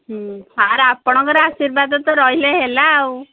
ହୁଁ ସାର୍ ଆପଣଙ୍କର ଆଶୀର୍ବାଦ ତ ରହିଲେ ହେଲା ଆଉ